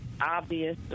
obvious